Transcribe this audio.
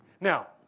Now